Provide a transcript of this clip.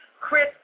Chris